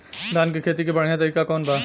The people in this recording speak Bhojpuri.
धान के खेती के बढ़ियां तरीका कवन बा?